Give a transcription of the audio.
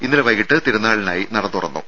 ഇന്നലെ വൈകീട്ട് തിരുനാളിനായി നട തുറന്നു